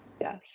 Yes